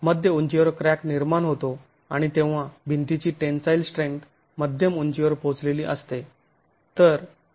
मध्य उंचीवर क्रॅक निर्माण होतो आणि तेव्हा भिंतीची टेंन्साईल स्ट्रेंथ मध्यम उंचीवर पोहोचलेली असते